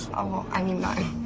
well, i mean like